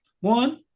one